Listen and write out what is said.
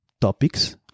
Topics